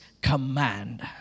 command